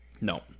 No